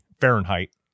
Fahrenheit